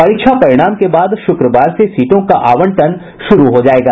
परीक्षा के परिणाम के बाद शुक्रवार से सीटों को आवंटन शुरू हो जाएगा